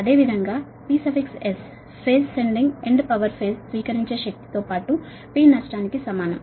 అదేవిధంగా PS phase sending end power phase స్వీకరించే శక్తి తో పాటు P నష్టానికి సమానం